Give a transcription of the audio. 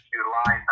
July